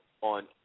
on